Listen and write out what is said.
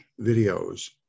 videos